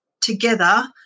together